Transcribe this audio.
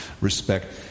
respect